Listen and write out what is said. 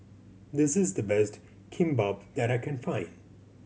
this is the best Kimbap that I can find